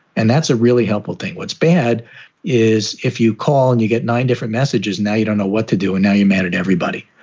and that's a really helpful thing. what's bad is if you call and you get nine different messages. now, you don't know what to do and now you're mad at everybody,